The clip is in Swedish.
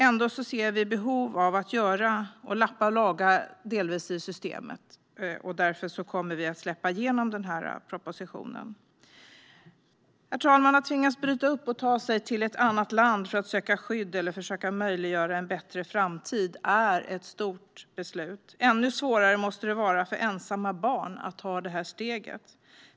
Ändå ser vi ett behov av att delvis lappa och laga i systemet och kommer därför att släppa igenom propositionen. Herr talman! Att tvingas bryta upp och ta sig till ett annat land för att söka skydd eller försöka möjliggöra en bättre framtid är ett stort beslut. Särskilt svårt måste det vara för ensamma barn att ta det steget.